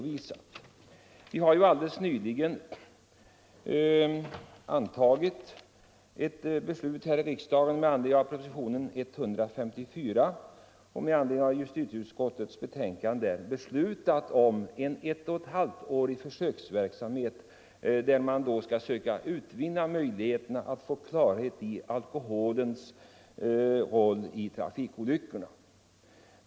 Vi har alldeles nyligen här i kammaren behandlat propositionen 154, och med anledning av ett betänkande från justitieutskottet har vi beslutat om en försöksverksamhet på ett och ett halvt år, under vilken tid man skall undersöka möjligheterna att skapa klarhet om alkoholens roll vid trafikolyckorna.